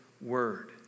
word